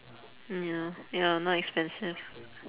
ya ya not expensive